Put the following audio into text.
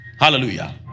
Hallelujah